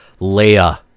leia